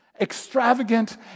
extravagant